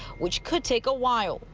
which could take a while.